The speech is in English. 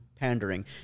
pandering